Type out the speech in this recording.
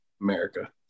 America